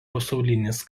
pasaulinis